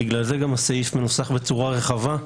בגלל זה הסעיף מנוסח בצורה רחבה,